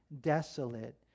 desolate